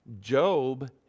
Job